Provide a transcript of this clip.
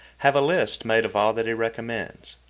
have a list made of all that he recommends.